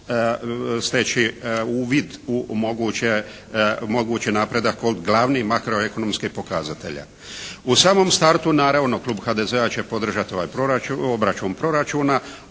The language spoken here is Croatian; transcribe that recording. steći uvid u mogući napredak od glavnih makroekonomskih pokazatelja. U samom startu naravno klub HDZ-a će podržati ovaj proračun,